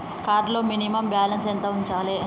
Card లో minimum balance ఎంత ఉంచాలే?